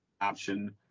option